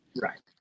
Right